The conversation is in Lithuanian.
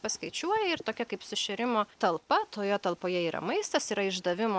paskaičiuoja ir tokia kaip sušėrimo talpa toje talpoje yra maistas yra išdavimo